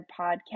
podcast